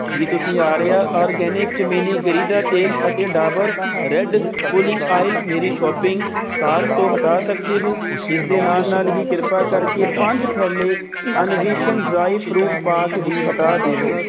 ਕੀ ਤੁਸੀਂ ਆਰਿਆ ਓਰਗੈਨਿਕ ਜ਼ਮੀਨੀ ਗਿਰੀ ਦਾ ਤੇਲ ਅਤੇ ਡਾਬਰ ਰੈੱਡ ਪੁਲਿੰਗ ਆਇਲ ਮੇਰੀ ਸ਼ੋਪਿੰਗ ਕਾਰਟ ਤੋਂ ਹਟਾ ਸਕਦੇ ਹੋ ਇਸ ਦੇ ਨਾਲ ਨਾਲ ਹੀ ਕ੍ਰਿਪਾ ਕਰਕੇ ਪੰਜ ਥੈਲੇ ਅਨਵਿਸ਼ਨ ਡਰਾਏ ਫਰੂਟ ਪਾਕ ਵੀ ਹਟਾ ਦੇਵੋ